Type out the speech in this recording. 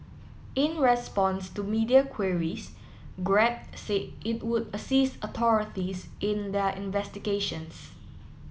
in response to media queries Grab said it would assist authorities in their investigations